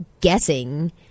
guessing